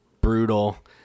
brutal